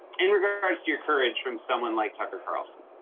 in regards to your courage from someone like tucker carlson?